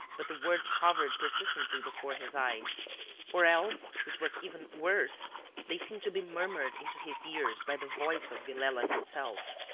but the words hovered persistently before his eyes or else which was even worse they seemed to be murmured into his ears by the voice of villela himself.